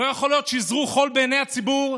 לא יכול להיות שיזרו חול בעיני הציבור,